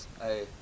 Hey